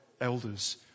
elders